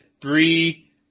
three